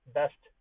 best